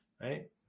right